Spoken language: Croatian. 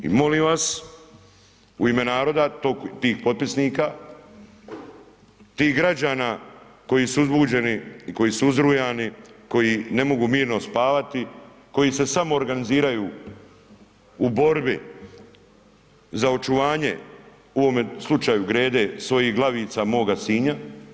I molim vas u ime naroda, tih potpisnika, tih građana koji su uzbuđeni, koji su uzrujani, koji ne mogu mirno spavati, koji se samoorganiziraju u borbi za očuvanje u ovome slučaju Grede svojih Glavica moga Sinja.